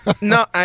No